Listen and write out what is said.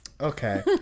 Okay